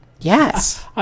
Yes